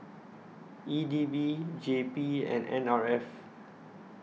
E D B J P and N R F